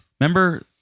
remember